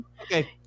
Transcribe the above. Okay